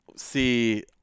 see